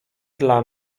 dla